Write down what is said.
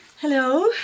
Hello